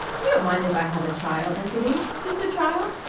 you don't mind if i have a trial, anthony. just a trial?